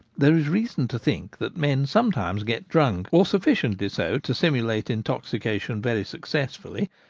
there is reason to think that men sometimes get drunk, or sufficiently so to simulate intoxication very successfully,